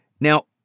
Now